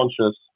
conscious